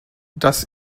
das